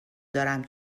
دارم